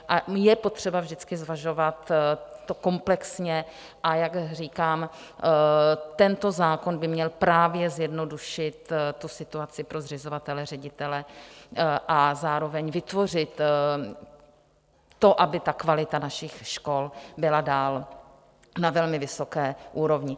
A je potřeba vždycky zvažovat to komplexně, a jak říkám, tento zákon by měl právě zjednodušit situaci pro zřizovatele, ředitele a zároveň vytvořit to, aby kvalita našich škol byla dál na velmi vysoké úrovni.